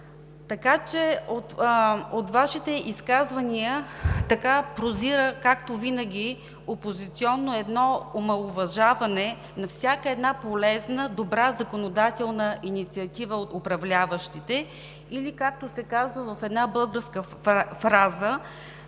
година. От Вашите изказвания прозира, както винаги, едно опозиционно омаловажаване на всяка една полезна, добра законодателна инициатива на управляващите или както се казва в една фраза: